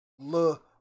Look